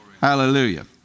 Hallelujah